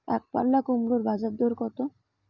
একপাল্লা কুমড়োর বাজার দর কত?